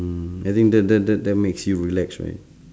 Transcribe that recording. mm I think that that that that makes you relax right